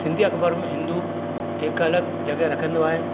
सिंधी अख़बार में हिंदू हिकु अलॻि जॻह रखंदो आहे